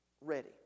ready